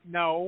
no